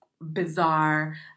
bizarre